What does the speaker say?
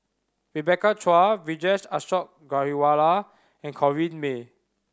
Rebecca Chua Vijesh Ashok Ghariwala and Corrinne May